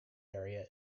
area